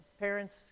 parents